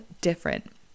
different